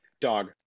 Dog